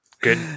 Good